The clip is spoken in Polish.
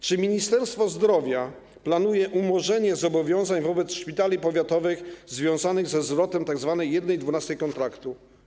Czy Ministerstwo Zdrowia planuje umorzenie zobowiązań wobec szpitali powiatowych związanych ze zwrotem tzw. 1/12 kontraktu?